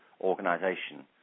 organization